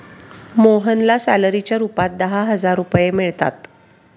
मोहनला सॅलरीच्या रूपात दहा हजार रुपये मिळतात